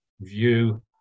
view